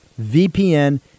VPN